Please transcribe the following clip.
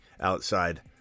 outside